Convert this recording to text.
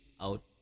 out